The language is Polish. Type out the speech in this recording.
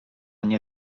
nie